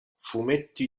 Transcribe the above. fumetti